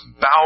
bow